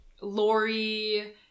Lori